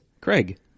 Craig